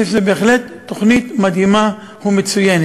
אני חושב שזאת בהחלט תוכנית מדהימה ומצוינת.